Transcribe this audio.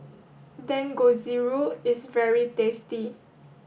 Dangojiru is very tasty